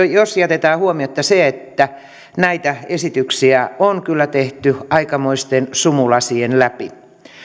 jos jätetään huomiotta se että näitä esityksiä on kyllä tehty aikamoisten sumulasien läpi